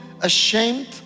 ashamed